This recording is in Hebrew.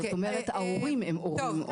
זאת אומרת, ההורים הם עולים.